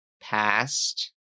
past